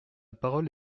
parole